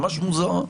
ממש מוזרה.